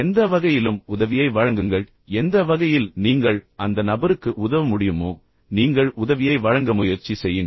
எந்த வகையிலும் உதவியை வழங்குங்கள் எந்த வகையில் நீங்கள் அந்த நபருக்கு உதவ முடியுமோ நீங்கள் உதவியை வழங்க முயற்சி செய்யுங்கள்